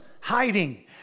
hiding